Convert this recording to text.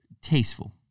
tasteful